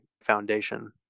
foundation